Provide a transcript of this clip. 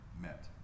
met